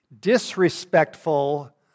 disrespectful